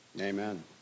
Amen